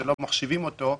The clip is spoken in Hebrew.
שלא מחשיבים אותו,